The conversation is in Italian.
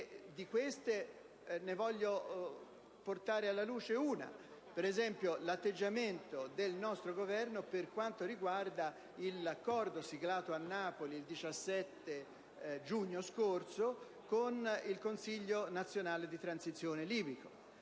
di queste ne voglio portare alla luce una: per esempio, l'atteggiamento del nostro Governo per quanto riguarda l'Accordo siglato a Napoli il 17 giugno scorso con il Consiglio nazionale di transizione libico.